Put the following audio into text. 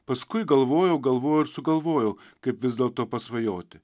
paskui galvojau galvojau ir sugalvojau kaip vis dėlto pasvajoti